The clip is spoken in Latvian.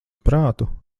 prātu